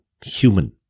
human